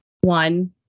one